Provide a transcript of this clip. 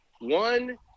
one